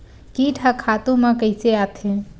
कीट ह खातु म कइसे आथे?